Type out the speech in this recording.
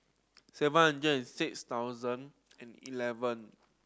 seven hundred and six thousand and eleven